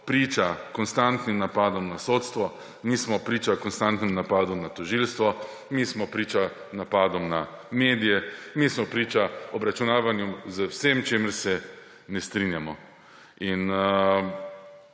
priča konstantnim napadom na sodstvo, mi smo priča konstantnim napadom na tožilstvo, mi smo priča napadom na medije, mi smo priča obračunavanju z vsem, s čemer se ne strinjamo, in